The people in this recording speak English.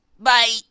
Bye